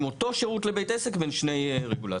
אותו שירות לבית עסק בין שני רגולטורים?